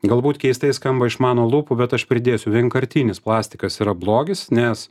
galbūt keistai skamba iš mano lūpų bet aš pridėsiu vienkartinis plastikas yra blogis nes